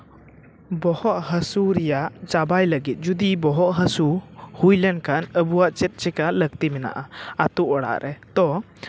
ᱵᱚᱦᱚᱜ ᱦᱟᱹᱥᱩ ᱨᱮᱭᱟᱜ ᱪᱟᱵᱟᱭ ᱞᱟᱹᱜᱤᱫ ᱡᱚᱫᱤ ᱵᱚᱦᱚᱜ ᱦᱟᱹᱥᱩ ᱦᱩᱭ ᱞᱮᱱᱠᱷᱟᱱ ᱟᱵᱚᱣᱟᱜ ᱪᱮᱫ ᱪᱤᱠᱟᱹ ᱞᱟᱹᱠᱛᱤ ᱢᱮᱱᱟᱜᱼᱟ ᱟᱹᱛᱩ ᱚᱲᱟᱜ ᱨᱮ ᱛᱚ